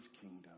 kingdom